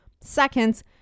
seconds